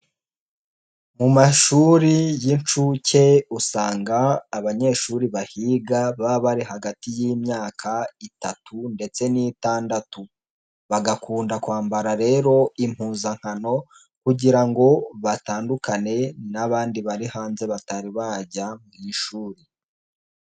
Mu mashuri y'inshuke usanga abanyeshuri bahiga baba bari hagati y'imyaka itatu ndetse n'itandatu, bagakunda kwambara rero impuzankano kugira ngo batandukane n'abandi bari hanze batari bajya mu ishuri.